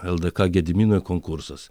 ldk gedimino konkursas